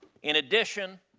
in addition,